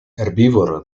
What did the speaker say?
herbívoro